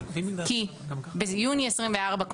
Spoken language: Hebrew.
כי ביוני 24',